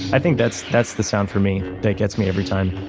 i think that's that's the sound for me that gets me every time